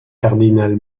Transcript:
cardinal